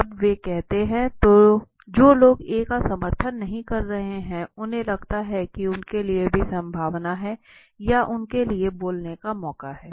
जब वे कहते हैं तो जो लोग A का समर्थन नहीं कर रहे हैं उन्हें लगता है कि उनके लिए भी संभावना है या उनके लिए बोलने का मौका है